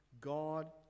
God